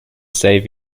save